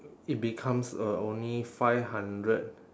it becomes uh only five hundred